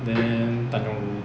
then tanjong rhu